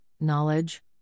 knowledge